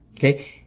Okay